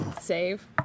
Save